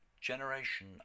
generation